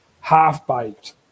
half-baked